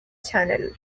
channel